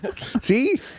See